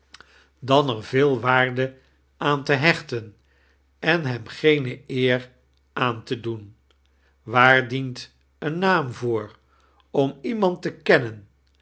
er veel waarde aan te heohten en hem geen eer aan te doen waar client een naam vocal om iemand te keniaen